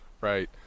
Right